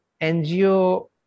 NGO